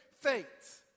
Faith